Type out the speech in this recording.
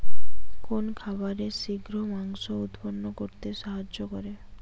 কোন খাবারে শিঘ্র মাংস উৎপন্ন করতে সাহায্য করে?